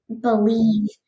believe